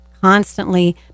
constantly